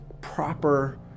proper